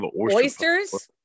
oysters